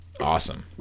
awesome